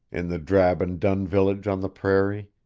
in the drab-and-dun village on the prairie.